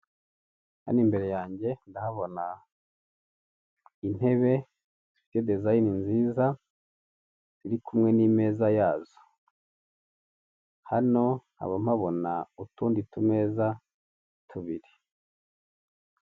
Hano imbere yanjye ndahabona intebe zifite designe nziza ziriku n'ameza yazo hanoba mpabona utundi tumeza tubiri.